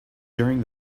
during